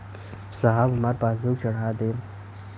साहब हमार पासबुकवा चढ़ा देब?